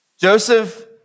Joseph